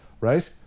right